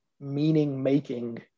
meaning-making